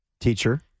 Teacher